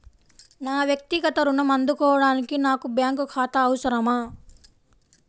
నా వక్తిగత ఋణం అందుకోడానికి నాకు బ్యాంక్ ఖాతా అవసరమా?